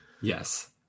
Yes